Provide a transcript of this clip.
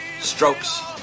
strokes